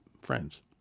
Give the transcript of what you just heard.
Friends